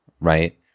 right